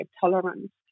tolerance